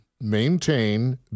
Maintain